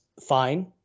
fine